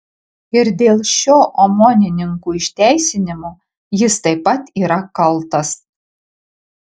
ir dėl šio omonininkų išteisinimo jis taip pat yra kaltas